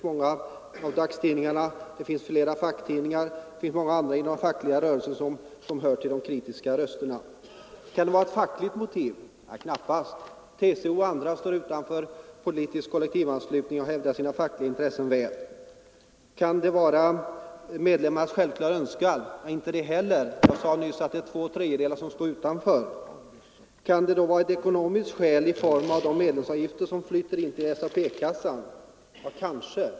Många av dagstidningarna, flera facktidningar, åtskilliga inom den fackliga rörelsen hör till de kritiska rösterna. Kan det vara ett fackligt motiv? Knappast. TCO och andra förbund har ingen politisk kollektivanslutning och hävdar sina fackliga intressen väl. Kan det vara medlemmarnas självklara önskan? Inte det heller. Jag sade nyss att två tredjedelar av LO medlemmarna står utanför. Kan det vara ett ekonomiskt skäl på grund av de medlemsavgifter som flyter in till SAP-kassan? Kanske!